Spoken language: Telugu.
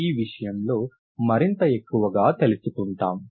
ఈ విషయంలో మరింత ఎక్కువగా తెలుసుకుంటాం